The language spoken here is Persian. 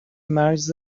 مرز